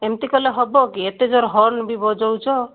ଏମତି କଲେ ହବ କି ଏତେ ଜୋର ହର୍ନ ବି ବଜାଉଛ